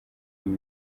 ibi